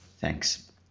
Thanks